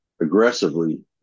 aggressively